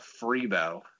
Freebo